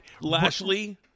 Lashley